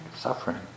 suffering